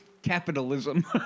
capitalism